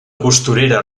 costurera